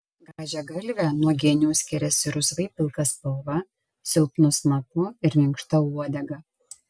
grąžiagalvė nuo genių skiriasi rusvai pilka spalva silpnu snapu ir minkšta uodega